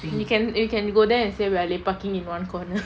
we can we can go there and say we are lepaking in one corner